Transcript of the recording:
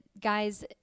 guys